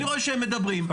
אני רואה שהם מדברים,